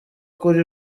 kuri